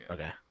Okay